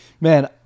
Man